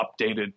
updated